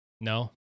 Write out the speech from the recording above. No